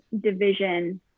division